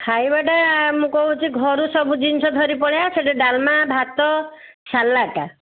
ଖାଇବାଟା ମୁଁ କହୁଛି ଘରୁ ସବୁ ଜିନ୍ଷ ଧରି ପଳାଇବା ସେଠି ଡାଲମା ଭାତ ସାଲାଡ଼୍